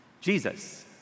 Jesus